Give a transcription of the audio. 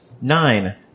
Nine